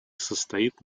состоит